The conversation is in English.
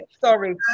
Sorry